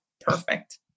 Perfect